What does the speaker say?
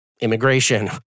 immigration